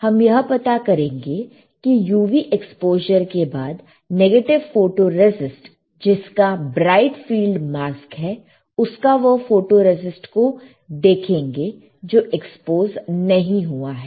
हम यह पता करेंगे कि UV एक्स्पोज़र के बाद नेगेटिव फोटोरेसिस्ट जिसका ब्राइट फील्ड मास्क है उसका वह फोटोरेसिस्ट को देखेंगे जो एक्सपोज नहीं हुआ है